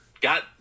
got